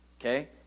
okay